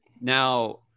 now